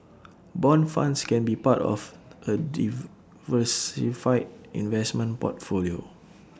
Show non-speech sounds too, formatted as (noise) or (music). Bond funds can be part of A (unintelligible) investment portfolio